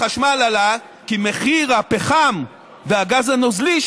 החשמל עלה כי מחיר הפחם והגז הנוזלי,